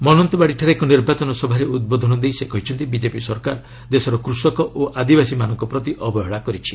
ମନନ୍ତବାଡ଼ିଠାରେ ଏକ ନିର୍ବାଚନ ସଭାରେ ଉଦ୍ବୋଧନ ଦେଇ ସେ କହିଛନ୍ତି ବିଜେପି ସରକାର ଦେଶର କୃଷକ ଓ ଆଦିବାସୀମାନଙ୍କ ପ୍ରତି ଅବହେଳା କରିଛି